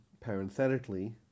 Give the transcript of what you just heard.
parenthetically